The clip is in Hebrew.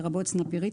לרבות סנפירית,